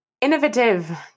innovative